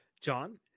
John